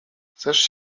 chcesz